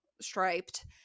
striped